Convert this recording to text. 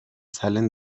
salen